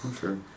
sure